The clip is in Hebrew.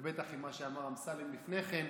ובטח עם מה שאמר אמסלם לפני כן.